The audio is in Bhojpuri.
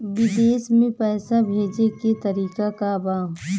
विदेश में पैसा भेजे के तरीका का बा?